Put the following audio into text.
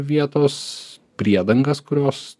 vietos priedangas kurios